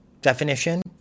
definition